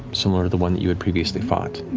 similar to the one that you had previously fought,